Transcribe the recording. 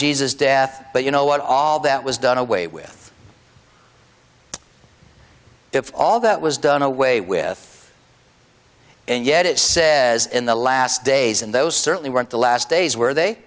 jesus death but you know what all that was done away with if all that was done away with and yet it says in the last days and those certainly weren't the last days were they